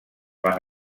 van